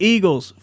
Eagles